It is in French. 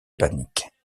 panique